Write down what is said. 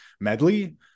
medley